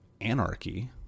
anarchy